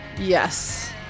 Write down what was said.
Yes